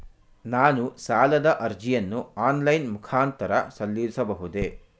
ನಾನು ಸಾಲದ ಅರ್ಜಿಯನ್ನು ಆನ್ಲೈನ್ ಮುಖಾಂತರ ಸಲ್ಲಿಸಬಹುದೇ?